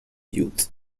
youth